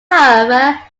however